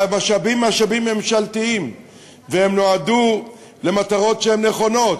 והמשאבים הם משאבים ממשלתיים והם נועדו למטרות שהן נכונות.